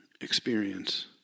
experience